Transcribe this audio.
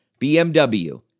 BMW